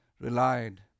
relied